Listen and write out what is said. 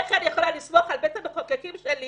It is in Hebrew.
איך אני יכולה לסמוך על בית המחוקקים שלי